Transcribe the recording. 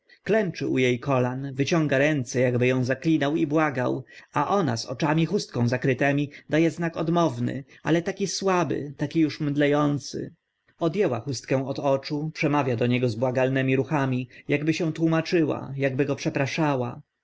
klęczący u e kolan wyciąga ręce akby ą zaklinał i błagał a ona z oczami chustką zakrytymi da e znak odmowny ale taki słaby taki uż mdle ący od ęła chustkę od oczu przemawia do niego z błagalnymi ruchami akby się tłumaczyła akby go przepraszała